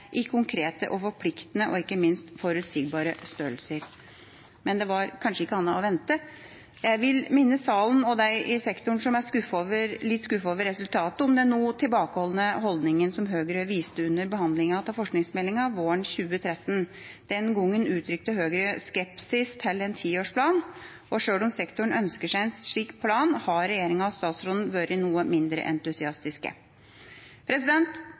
i konkrete, forpliktende og ikke minst forutsigbare størrelser. Men det var kanskje ikke annet å vente. Jeg vil minne salen og de i sektoren som er litt skuffet over resultatet, om den noe litt tilbakeholdne holdninga som Høyre viste under behandlinga av forskningsmeldinga våren 2013. Den gangen uttrykte Høyre skepsis til en tiårsplan, og sjøl om sektoren ønsker seg en slik plan, har regjeringa og statsråden vært noe mindre entusiastiske.